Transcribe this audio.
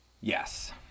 Yes